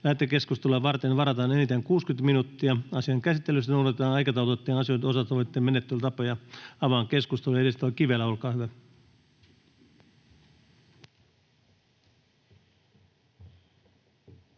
Lähetekeskusteluun varataan enintään 60 minuuttia. Asian käsittelyssä noudatetaan aikataulutettujen asioiden osalta sovittuja menettelytapoja. — Avaan keskustelun. Edustaja Kivelä, olkaa hyvä.